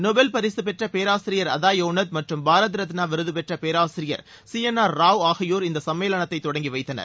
Nobel பரிசு பெற்ற பேராசிரியர் அதா யோனத் மற்றும் பாரத ரத்னா விருது பெற்ற பேராசிரியர் சி என் ஆர் ராவ் ஆகியோர் இந்த சும்மேளனத்தை தொடங்கி வைத்தனர்